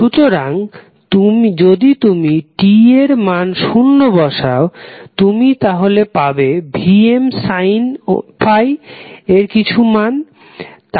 সুতরাং যদি তুমি t এর মান শুন্য বসাও তুমি তাহলে Vm∅ এর কিছু মান পাবে